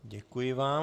Děkuji vám.